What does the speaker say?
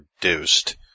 produced